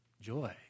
joy